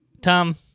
Tom